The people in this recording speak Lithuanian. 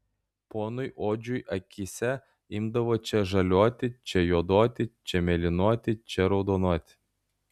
ponui odžiui akyse imdavo čia žaliuoti čia juoduoti čia mėlynuoti čia raudonuoti